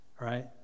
Right